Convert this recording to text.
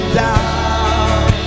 down